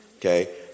Okay